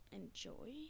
enjoy